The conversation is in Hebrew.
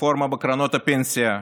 רפורמה בקרנות הפנסיה,